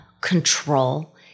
control